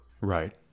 Right